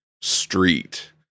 street